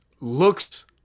looks